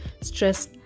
stress